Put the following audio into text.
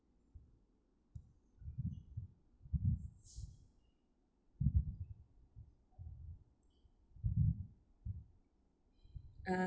err